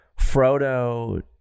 Frodo